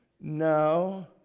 no